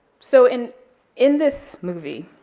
so in in this movie,